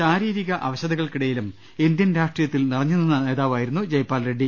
ശാരീരിക അവശതകൾക്കിടയിലും ഇന്ത്യൻ രാഷ്ട്രീയ ത്തിൽ നിറഞ്ഞുനിന്ന നേതാവായിരുന്നു ജയ്പാൽ റെഡ്സി